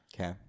Okay